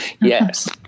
Yes